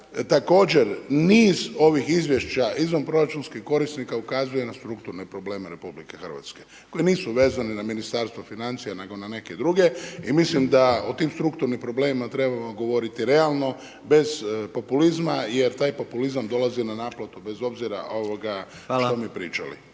Također niz ovih izvješća izvanproračunskih korisnika ukazuje na strukturne probleme RH koje nisu vezene na Ministarstvo financija nego na neke druge. I mislim da o tim strukturnim problemima trebamo govoriti realno bez populizma jer taj populizam dolazi na naplatu bez obzira što mi pričali.